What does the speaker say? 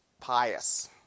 pious